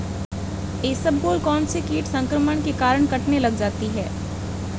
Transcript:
इसबगोल कौनसे कीट संक्रमण के कारण कटने लग जाती है?